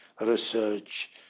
research